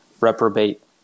reprobate